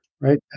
right